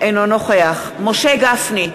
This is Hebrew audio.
אינו נוכח משה גפני,